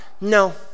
no